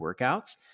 workouts